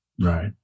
Right